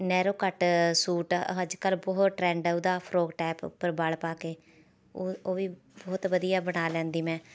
narrow cut suit ਅੱਜ ਕੱਲ੍ਹ ਬਹੁਤ ਟਰੈਂਡ ਹੈ ਉਹਦਾ ਫਰੋਕ ਟਾਇਪ ਉੱਪਰ ਵਲ਼ ਪਾ ਕੇ ਉਹ ਉਹ ਵੀ ਬਹੁਤ ਵਧੀਆ ਬਣਾ ਲੈਂਦੀ ਮੈਂ